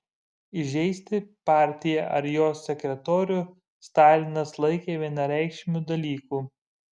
įžeisti partiją ar jos sekretorių stalinas laikė vienareikšmiu dalyku